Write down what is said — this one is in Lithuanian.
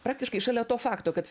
praktiškai šalia to fakto kad